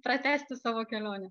pratęsti savo kelionę